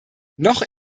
noch